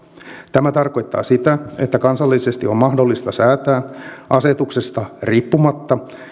tämä tarkoittaa sitä että kansallisesti on mahdollista säätää asetuksesta riippumatta